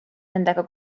nendega